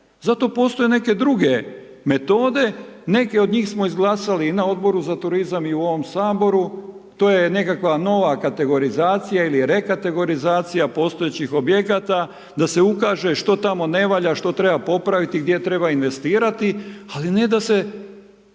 Zato postoje neke druge metode, neke od njih smo izglasali i na Odboru za turizam i u ovom Saboru, to je nekakva nova kategorizacija ili rekategorizacija postojećih objekata da se ukaže što tamo ne valja, što treba popraviti, gdje treba investirati, ali ne da se